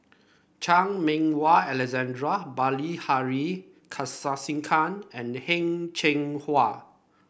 Chan Meng Wah Alexander Bilahari Kausikan and Heng Cheng Hwa